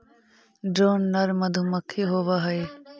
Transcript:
drone नर मधुमक्खी होवअ हई